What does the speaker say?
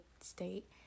state